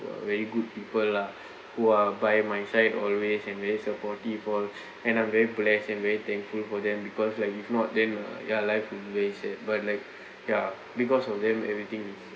very good people lah who are by my side always and very supportive for and I'm very blessed and very thankful for them because like if not then ya life would be very sad but like ya because of them everything is